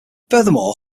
furthermore